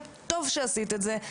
טוב שעשית את זה,